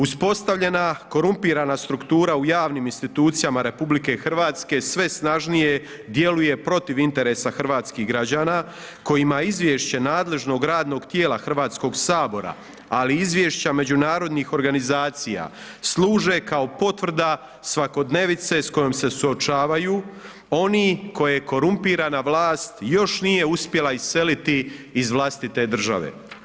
Uspostavljena korumpirana struktura u javnim institucijama RH sve snažnije djeluje protiv interesa hrvatskih građana kojima izvješće nadležnog radnog tijela HS-a, ali izvješća međunarodnih organizacija služe kao potvrda svakodnevice s kojom se suočavaju, one koje korumpirana vlast još nije uspjela iseliti iz vlastite države.